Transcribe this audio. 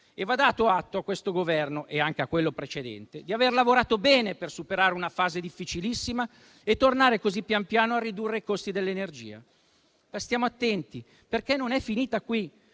e va dato atto a questo Governo - e anche a quello precedente - di aver lavorato bene per superare una fase difficilissima e tornare così, pian piano, a ridurre i costi dell'energia. Stiamo attenti, perché non è finita qui: